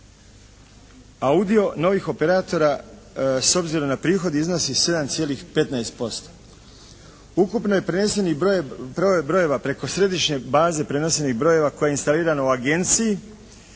a udio novih operatora s obzirom na prihod iznosi 7,15%. Ukupno je prenesenih brojeva preko središnje baze prenesenih brojeva koje je instalirano u agenciji